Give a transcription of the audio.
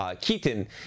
Keaton